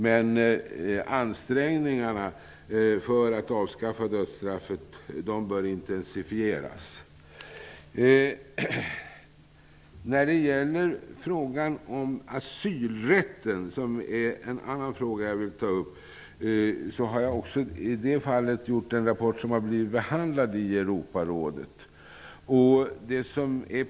Men ansträngningarna för att avskaffa dödsstraffet bör intensifieras. En annan fråga som jag vill ta upp är frågan om asylrätten. Också i det fallet har jag gjort en rapport som har behandlats i Europarådet.